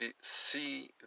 see